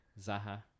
zaha